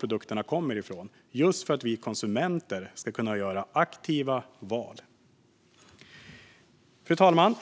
produkterna kommer just för att konsumenterna ska kunna göra aktiva val. Fru talman!